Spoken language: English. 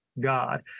God